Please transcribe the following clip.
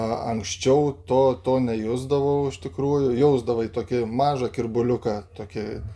a anksčiau to to nejusdavau iš tikrųjų jausdavai tokį mažą kirbuliuką tokį